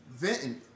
Venton